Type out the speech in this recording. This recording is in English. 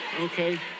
Okay